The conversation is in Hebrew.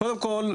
קודם כל,